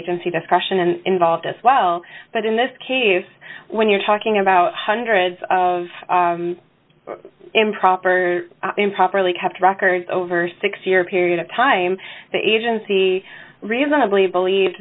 agency discretion and involved as well but in this case when you're talking about hundreds of improper improperly have to records over six year period of time the agency reasonably believed